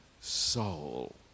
soul